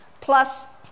Plus